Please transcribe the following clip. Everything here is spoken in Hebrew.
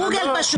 פשוט גוגל.